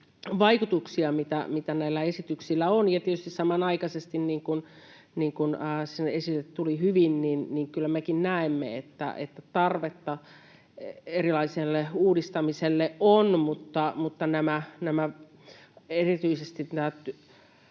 vaikutuksia, mitä näillä esityksillä on. Tietysti samanaikaisesti, niin kuin siinä esille tuli hyvin, kyllä mekin näemme, että tarvetta erilaiselle uudistamiselle on. Mutta erityisesti